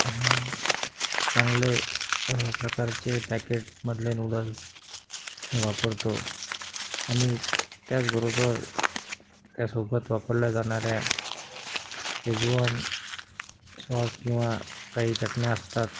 चांगले प्रकारचे पॅकेटमधले नूडल्स वापरतो आणि त्याचबरोबर त्यासोबत वापरल्या जाणाऱ्या शेजवान सॉस किंवा काही चटण्या असतात